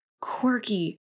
quirky